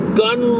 gun